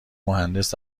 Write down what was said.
مهندس